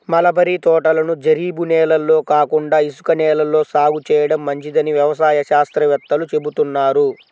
mulberry తోటలను జరీబు నేలల్లో కాకుండా ఇసుక నేలల్లో సాగు చేయడం మంచిదని వ్యవసాయ శాస్త్రవేత్తలు చెబుతున్నారు